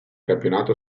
campionato